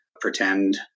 pretend